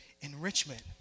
enrichment